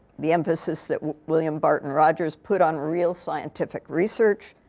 the emphasis that william barton rogers put on real scientific research,